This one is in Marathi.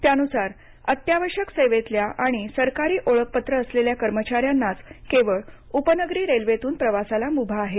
त्यानुसार अत्यावश्यक सेवेतल्या आणि सरकारी ओळखपत्र असलेल्या कर्मचाऱ्यांनाच केवळ उपनगरी रेल्वेतून प्रवासाला मुभा आहे